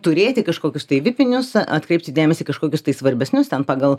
turėti kažkokius tai vipinius atkreipti dėmesį į kažkokius tai svarbesnius ten pagal